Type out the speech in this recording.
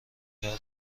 کردن